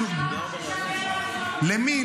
למי?